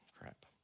Crap